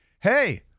Hey